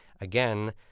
again